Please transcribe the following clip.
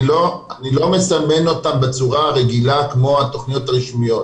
אני לא מסמן אותם בצורה הרגילה כמו התכניות הרשמיות.